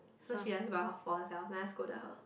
so she has buy one for herself so i scolded her